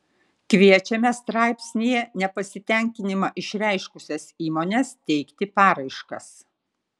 kviečiame straipsnyje nepasitenkinimą išreiškusias įmones teikti paraiškas